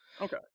Okay